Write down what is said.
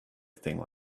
thing